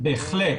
בהחלט.